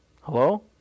Hello